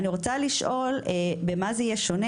אני רוצה לשאול במה זה יהיה שונה,